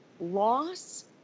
Loss